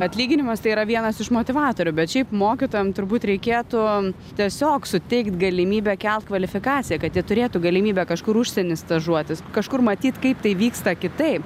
atlyginimas yra vienas iš motivatorių bet šiaip mokytojam turbūt reikėtų tiesiog suteikti galimybę kelti kvalifikaciją kad ji turėtų galimybę kažkur užsienyj stažuotis kažkur matyt kaip tai vyksta kitaip